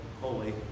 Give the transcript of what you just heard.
holy